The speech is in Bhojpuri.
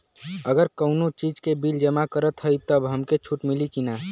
अगर कउनो चीज़ के बिल जमा करत हई तब हमके छूट मिली कि ना?